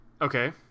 Okay